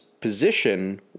position